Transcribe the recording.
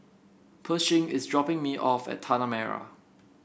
Pershing is dropping me off at Tanah Merah